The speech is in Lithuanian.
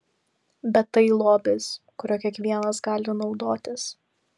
bet tai lobis kuriuo kiekvienas gali naudotis